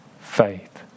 faith